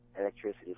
electricity